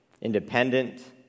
independent